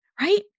right